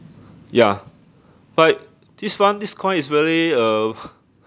ya but this one this coin is really uh